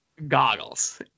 Goggles